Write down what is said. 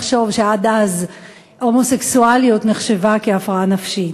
לחשוב שעד אז הומוסקסואליות נחשבה להפרעה נפשית.